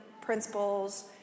principles